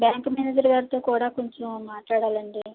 bank manager గారితో కూడా కొంచెం మాట్లాడాలి అండి